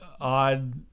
odd